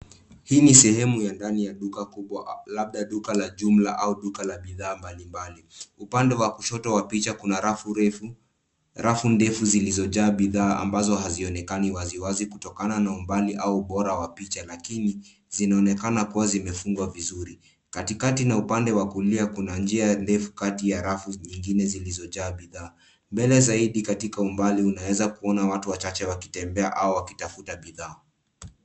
Hii ni sehemu ya ndani ya duka kubwa labda duka la jumla au duka la bidhaa mbalimbali. Upande wa kushoto wa picha kuna rafu ndefu zilizojaa bidhaa ambazo hazionekani wazi wazi kutokana na umbali au ubora wa picha lakini zinaonekana kuwa zimefungwa vizuri. Katikati na upande wa kulia kuna njia ndefu kati ya rafu nyingine zilizojaa bidhaa. Mbele zaidi katika umbali unaweza kuona watu wachache wakitembea au wakitafuta bidhaa.